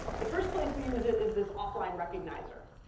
the first place we use it is this offline recognizer.